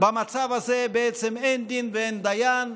במצב הזה אין דין ואין דיין,